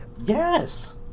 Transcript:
Yes